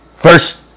First